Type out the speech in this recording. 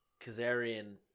Kazarian